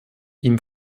ihm